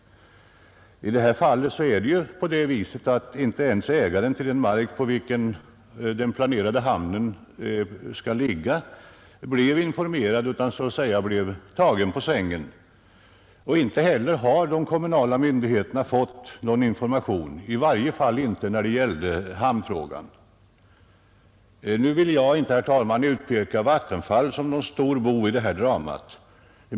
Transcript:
I detta fall är det på det sättet att inte ens ägaren till den mark på vilken den planerade hamnen skall ligga blivit informerad, utan han blev så att säga tagen på sängen. Inte heller har de kommunala myndigheterna fått någon information, i varje fall inte när det gäller hamnfrågan. Nu vill jag inte, herr talman, utpeka Vattenfall som någon stor bov i detta drama.